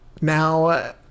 Now